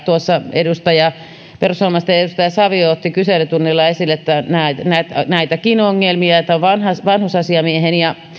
tuossa perussuomalaisten edustaja savio otti kyselytunnilla esille näitäkin ongelmia ja vanhusasiamiehen ja